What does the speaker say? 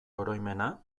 oroimena